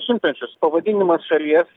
šimtmečius pavadinimas šalies